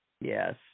Yes